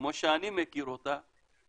כמו שאני מכיר אותה,